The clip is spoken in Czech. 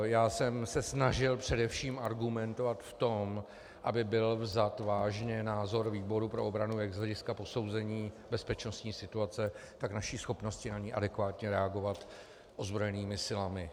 Já jsem se snažil především argumentovat v tom, aby byl vzat vážně názor výboru pro obranu jak z hlediska posouzení bezpečnostní situace, tak naší schopnosti na ni adekvátně reagovat ozbrojenými silami.